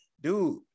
Dude